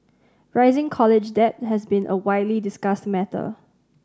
rising college debt has been a widely discussed matter